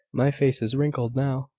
my face is wrinkled now,